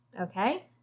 Okay